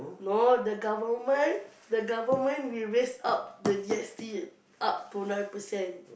no the government the government will raise up the G_S_T up to nine percent